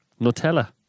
Nutella